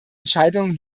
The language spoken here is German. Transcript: entscheidung